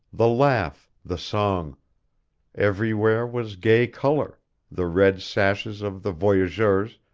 the laugh, the song everywhere was gay color the red sashes of the voyageurs,